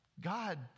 God